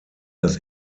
das